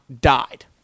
died